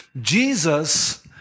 Jesus